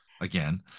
again